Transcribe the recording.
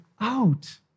out